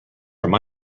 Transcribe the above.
from